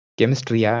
chemistry